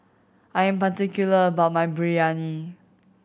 I'm particular about my Biryani